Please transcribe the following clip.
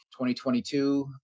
2022